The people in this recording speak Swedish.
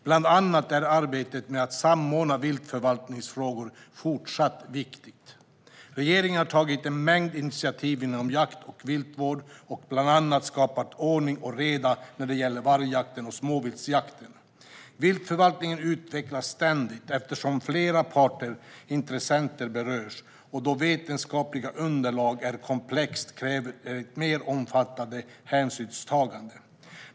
Bland annat är arbetet med att samordna viltförvaltningsfrågor fortsatt viktigt. Regeringen har tagit en mängd initiativ inom jakt och viltvård och bland annat skapat ordning och reda när det gäller vargjakten och småviltsjakten. Viltförvaltningen utvecklas ständigt. Eftersom flera parter och intressenter berörs och det vetenskapliga underlaget är komplext krävs ett mer omfattande hänsynstagande.